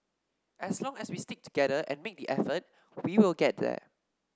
as long as we stick together and make the effort we will get there